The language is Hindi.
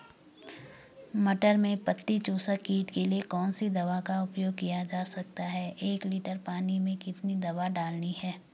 मटर में पत्ती चूसक कीट के लिए कौन सी दवा का उपयोग किया जा सकता है एक लीटर पानी में कितनी दवा डालनी है?